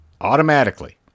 automatically